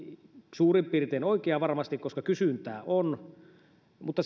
suurin piirtein oikea varmasti koska kysyntää on mutta